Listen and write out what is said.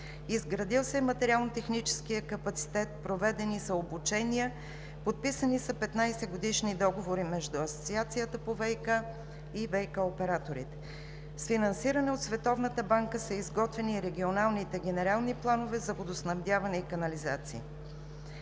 изградил се е материално-техническият капацитет, проведени са обучения, подписани са 15-годишни договори между „Асоциацията по ВиК“ и ВиК операторите. С финансиране от Световната банка са изготвени регионалните генерални планове за водоснабдяване и канализация.